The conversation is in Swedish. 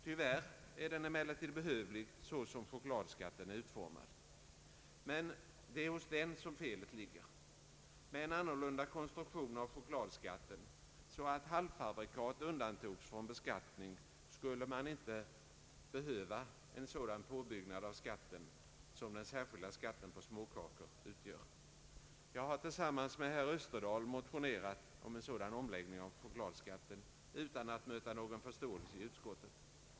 Tyvärr är den emellertid behövlig, så som chokladskatten är utformad. Det är hos denna som felet ligger. Med en annorlunda konstruktion av chokladskatten, så att halvfabrikat undantogs från beskattningen, skulle man inte behöva en sådan på Jag har tillsammans med herr Österdahl motionerat om en sådan omläggning av chokladskatten men utan att möta någon förståelse i utskottet.